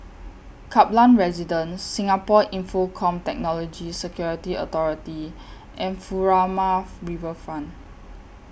Kaplan Residence Singapore Infocomm Technology Security Authority and Furama Riverfront